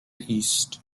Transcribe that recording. east